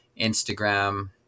Instagram